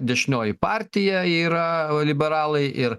dešinioji partija yra o liberalai ir